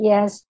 Yes